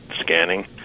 scanning